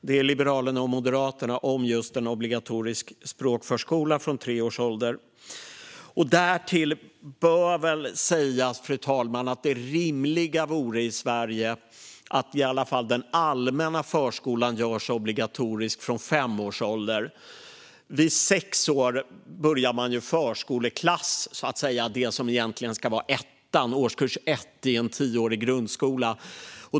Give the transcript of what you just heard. Det är Liberalernas och Moderaternas reservation om just en obligatorisk språkförskola från tre års ålder. Därtill bör väl sägas, fru talman, att det rimliga i Sverige vore att den allmänna förskolan görs obligatorisk från i alla fall fem års ålder. Vid sex år börjar man ju i förskoleklass, det som egentligen ska vara årskurs 1 i en tioårig grundskola.